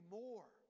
more